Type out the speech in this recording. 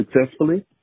successfully